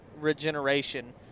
regeneration